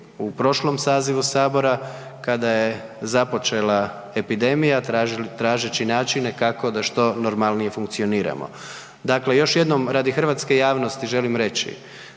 u prošlom sazivu sabora, kada je započela epidemija tražeći načine kako da što normalnije funkcioniramo. Dakle, još jednom radi hrvatske javnosti želim reći